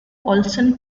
olsen